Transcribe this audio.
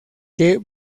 que